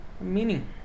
Meaning